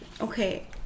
okay